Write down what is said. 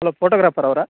hello photographer ಅವರಾ